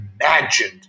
imagined